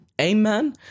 Amen